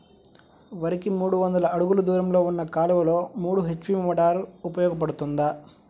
వరికి మూడు వందల అడుగులు దూరంలో ఉన్న కాలువలో మూడు హెచ్.పీ మోటార్ ఉపయోగపడుతుందా?